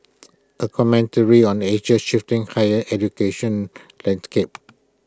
A commentary on Asia shifting higher education landscape